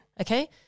Okay